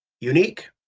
Unique